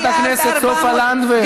חברת הכנסת סופה לנדבר.